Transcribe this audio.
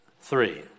three